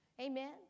Amen